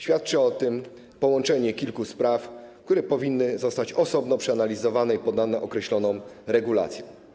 Świadczy o tym połączenie kilku spraw, które powinny zostać osobno przeanalizowane i poddane określonym regulacjom.